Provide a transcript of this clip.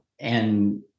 And-